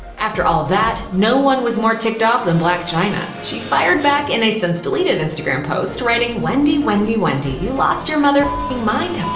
after all that, no one was more ticked off than blac chyna. she fired back in a since-deleted instagram post, writing, wendy, wendy, wendy, you lost your m ing mind